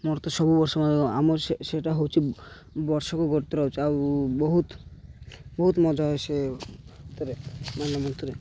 ମୋର ତ ସବୁ ବର୍ଷ ଆମର ସେ ସେଇଟା ହେଉଛି ବର୍ଷକୁ ଗୋଟେ ଥର ଆସୁଛୁ ଆଉ ବହୁତ ବହୁତ ମଜା ହଏ ସେଥିରେ ମାଲ୍ୟବନ୍ତରେ